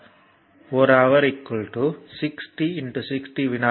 1 hour 60 60 வினாடிகள்